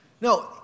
No